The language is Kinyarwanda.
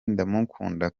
ndamukunda